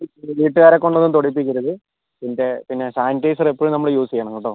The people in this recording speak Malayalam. വീട്ടുകാരെക്കൊണ്ടൊന്നും തൊടിയിപ്പിക്കരുത് ഇതിൻ്റെ പിന്നെ സാനിറ്റൈസർ എപ്പോഴും നമ്മൾ യൂസ് ചെയ്യണം കേട്ടോ